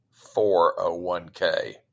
401k